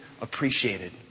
appreciated